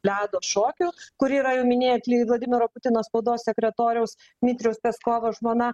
ledo šokių kur yra jau minėjot vladimiro putino spaudos sekretoriaus mitriaus peskovo žmona